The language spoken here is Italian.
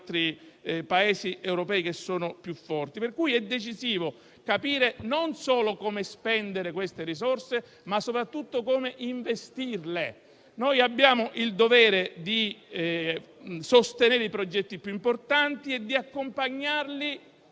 Paesi europei che sono più forti. Quindi è decisivo capire non solo come spendere le risorse, ma soprattutto come investirle. Abbiamo il dovere di sostenere i progetti più importanti e di accompagnarli